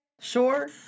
sure